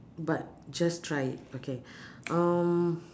but just try it okay um